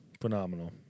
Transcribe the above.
Phenomenal